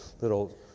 little